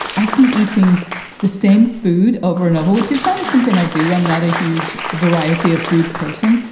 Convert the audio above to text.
i've been eating the same food over and over, which is kind of something i do. i'm not a huge variety of food person,